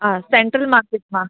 हा central market मां